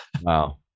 Wow